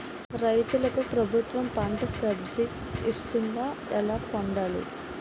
రైతులకు ప్రభుత్వం పంట సబ్సిడీ ఇస్తుందా? ఎలా పొందాలి?